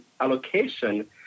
allocation